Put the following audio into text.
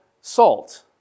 salt